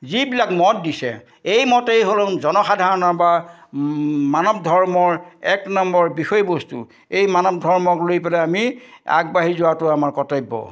যিবিলাক মত দিছে এই মতেই হ'ল জনসাধাৰণৰ বা মানৱ ধৰ্মৰ এক নম্বৰ বিষয়বস্তু এই মানৱ ধৰ্মক লৈ পেলাই আমি আগবাঢ়ি যোৱাটো আমাৰ কৰ্তব্য